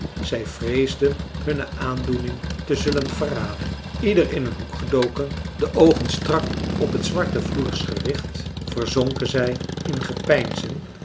zij vreesden hunne aandoening te zullen verraden ieder in een hoek gedoken de oogen strak op het zwarte floers gericht verzonken zij in gepeinzen